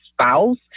spouse